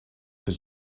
his